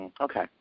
Okay